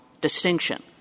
distinction